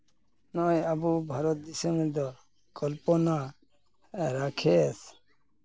ᱱᱚᱜᱼᱚᱭ ᱟᱵᱚ ᱵᱷᱟᱨᱚᱛ ᱫᱤᱥᱚᱢ ᱨᱮᱫᱚ ᱠᱚᱞᱯᱚᱱᱟ ᱨᱟᱠᱮᱥ